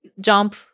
jump